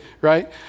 right